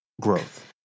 growth